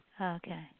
Okay